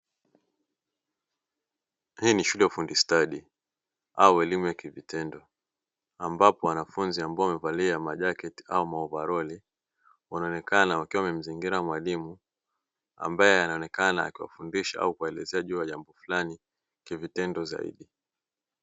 Hii ni shule ya ufundi stadi au elimu ya kivitendo ambapo wanafunzi ambao wamevalia majaketi au maovaroli wanaonekana wakiwa wamemzingira mwalimu ambaye anaonekana akiwafundisha au kuelezea juu ya jambo fulani kivitendo zaidi.